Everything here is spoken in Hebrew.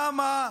למה?